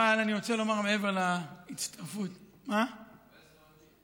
אבל אני רוצה לומר, מעבר להצטרפות, הוא היה ספרדי.